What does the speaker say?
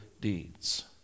deeds